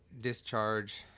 Discharge